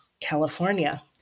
California